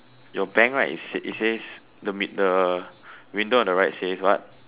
your bank right it it says the mid the window on the right says what